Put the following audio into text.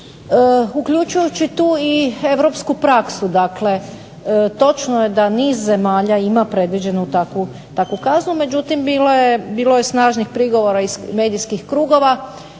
uključujući tu i europsku praksu. Dakle, točno je da niz zemalja ima predviđenu takvu kaznu međutim bilo je snažnih prigovora iz medijskih krugova.